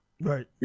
Right